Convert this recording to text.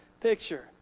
picture